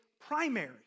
primary